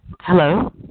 hello